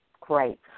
Great